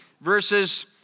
verses